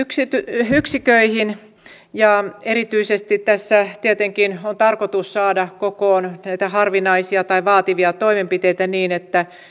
yksiköihin erityisesti tässä tietenkin on tarkoitus saada kokoon näitä harvinaisia tai vaativia toimenpiteitä niin että